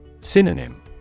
Synonym